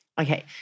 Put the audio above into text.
Okay